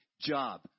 job